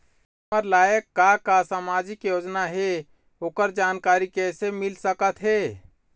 हमर लायक का का सामाजिक योजना हे, ओकर जानकारी कइसे मील सकत हे?